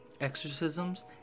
exorcisms